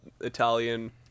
Italian